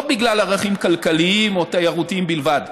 לא בגלל ערכים כלכליים או תיירותיים בלבד,